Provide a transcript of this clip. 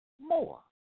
more